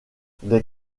des